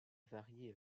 varié